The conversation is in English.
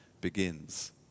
begins